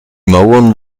mauern